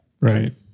Right